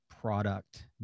product